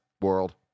World